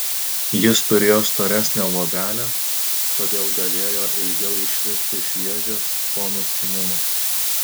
jis turėjo storesnę luobelę todėl galėjo ilgiau išlikti šviežias po nuskynimo